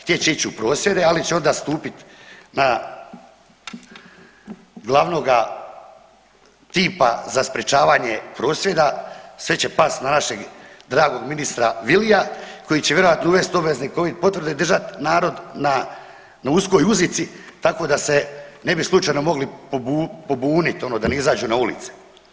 Htjet će ići u prosvjede, ali će onda stupit na glavnoga tipa za sprječavanje prosvjeda, sve će past na našeg dragog ministra Vilija koji će vjerojatno uvest obvezne covid potvrde, držat narod na uskoj uzici tako da se ne bi slučajno mogli pobunit ono da ne izađu na ulice.